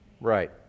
Right